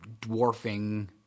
dwarfing